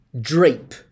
drape